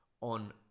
on